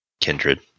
kindred